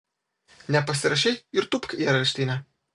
nepasirašei ir tūpk į areštinę